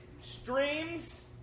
streams